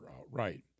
outright